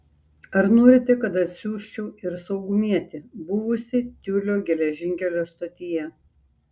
ar norite kad atsiųsčiau ir saugumietį buvusį tiulio geležinkelio stotyje